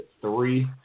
three